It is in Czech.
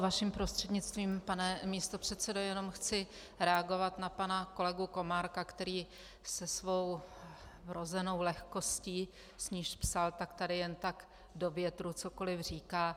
Vaším prostřednictvím, pane místopředsedo, jenom chci reagovat na pana kolegu Komárka, který se svou vrozenou lehkostí, s níž psal, tak tady jen tak do větru cokoliv říká.